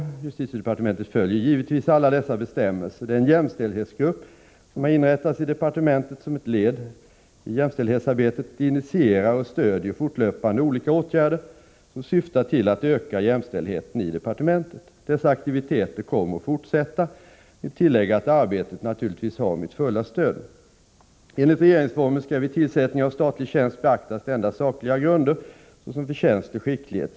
Justitiedepartementet följer givetvis alla dessa bestämmelser. Den jämställdhetsgrupp som har inrättats i departementet som ett led i jämställdhetsarbetet initierar och stödjer fortlöpande olika åtgärder som syftar till att öka jämställdheten i departementet. Dessa aktiviteter kommer att fortsätta. Jag vill tillägga att arbetet naturligtvis har mitt fulla stöd. Enligt regeringsformen skall vid tillsättning av statlig tjänst beaktas endast sakliga grunder, såsom förtjänst och skicklighet.